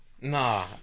Nah